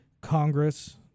Congress